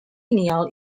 known